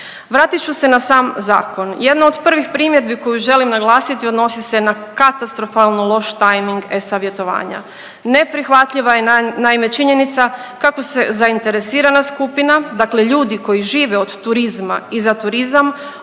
Vratit ću se na sam zakon, jedna od prvih primjedbi koju želim naglasiti odnosi se na katastrofalno loš tajming e-savjetovanja. Neprihvatljiva je naime činjenica kako se zainteresirana skupina, dakle ljudi koji žive od turizma i za turizam